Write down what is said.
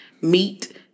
meat